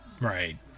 Right